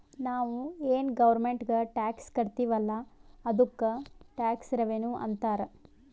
ನಾವು ಏನ್ ಗೌರ್ಮೆಂಟ್ಗ್ ಟ್ಯಾಕ್ಸ್ ಕಟ್ತಿವ್ ಅಲ್ಲ ಅದ್ದುಕ್ ಟ್ಯಾಕ್ಸ್ ರೆವಿನ್ಯೂ ಅಂತಾರ್